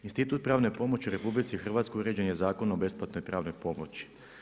Institut pravne pomoć u RH, umrežen je Zakonom o besplatnoj pravnoj pomoći.